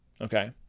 okay